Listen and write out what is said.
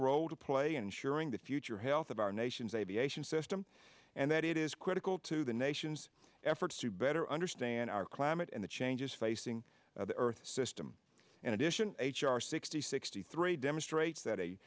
role to play ensuring the future health of our nation's aviation system and that it is critical to the nation's efforts to better understand our climate and the changes facing the earth's system in addition h r sixty sixty three demonstrates that a